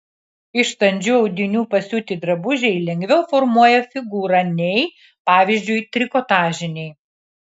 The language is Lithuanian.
iš standžių audinių pasiūti drabužiai lengviau formuoja figūrą nei pavyzdžiui trikotažiniai